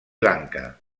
lanka